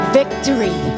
victory